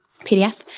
PDF